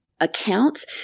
accounts